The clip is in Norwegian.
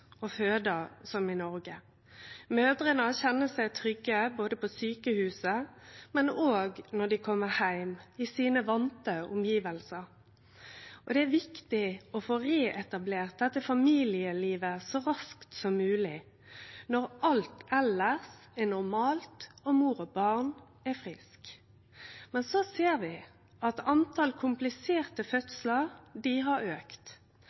føde som i Noreg. Mødrene kjenner seg trygge både på sjukehuset og når dei kjem til sine vande omgivnader, og det er viktig å få reetablert familielivet så raskt som mogleg når alt elles er normalt og mor og barn er friske. Men så ser vi at talet på kompliserte fødslar har auka. Regjeringa har